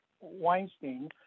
Weinstein